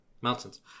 mountains